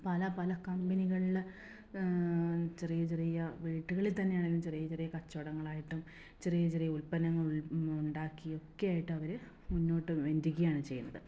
പല പല കമ്പനികളിൽ ചെറിയ ചെറിയ വീട്ടുകളിൽ തന്നെ ആണെങ്കിലും ചെറിയ ചെറിയ കച്ചവടങ്ങളായിട്ടും ചെറിയ ചെറിയ ഉൽപ്പന്നങ്ങൾ ഉണ്ടാക്കിയൊക്കെ ആയിട്ടവർ അവർ മുന്നോട്ട് വരികയാണ് ചെയ്യുന്നത്